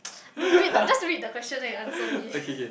you read just read the question then you answer me